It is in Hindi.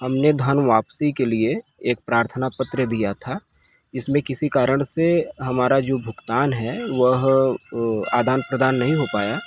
हमने धन वापसी के लिए एक प्रार्थना पत्र दिया था इसमें किसी कारण से हमारा जो भुगतान है वह आदान प्रदान नहीं हो पाया